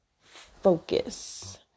focus